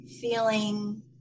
feeling